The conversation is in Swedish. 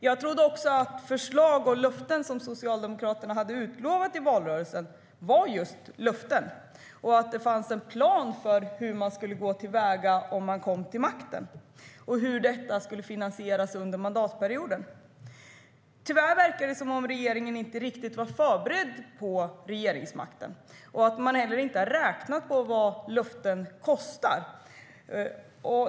Jag trodde också att de löften som Socialdemokraterna hade utställt i valrörelsen var just löften och att det fanns en plan för hur man skulle gå till väga om man kom till makten och hur detta skulle finansieras under mandatperioden. Tyvärr verkar det som att regeringen inte riktigt var förberedd för regeringsmakten och att man heller inte räknat på vad löften kostar.